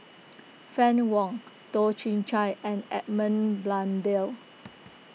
Fann Wong Toh Chin Chye and Edmund Blundell